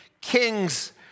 kings